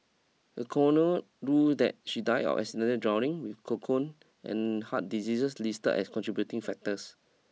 a corner ruled that she died of accidental drowning with and heart diseases listed as contributing factors